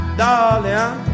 darling